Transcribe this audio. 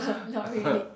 not really